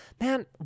Man